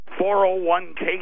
401k